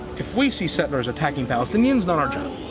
if we see settlers attacking palastinians? not our job!